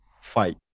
fight